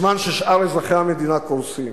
בזמן ששאר אזרחי המדינה קורסים.